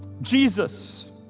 Jesus